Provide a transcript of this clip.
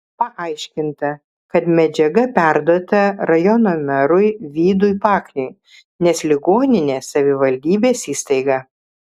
paaiškinta kad medžiaga perduota rajono merui vydui pakniui nes ligoninė savivaldybės įstaiga